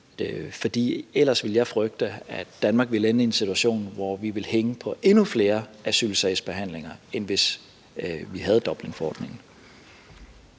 ellers ville jeg frygte, at Danmark ville ende i en situation, hvor vi ville hænge på endnu flere asylsagsbehandlinger, end hvis vi ikke havde Dublinforordningen.